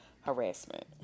harassment